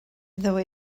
though